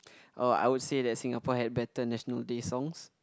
oh I would say that Singapore had better National Day songs